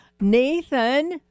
Nathan